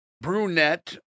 brunette